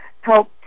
help